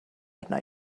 arna